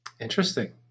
Interesting